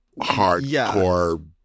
hardcore